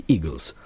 Eagles